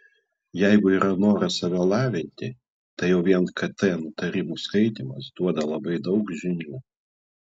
jeigu yra noras save lavinti tai jau vien kt nutarimų skaitymas duoda labai daug žinių